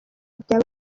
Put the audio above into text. bya